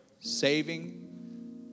saving